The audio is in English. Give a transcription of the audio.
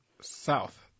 south